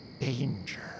danger